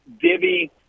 divvy